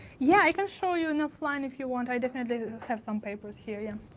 yeah. i can show you in offline if you want. i definitely have some papers here, yeah.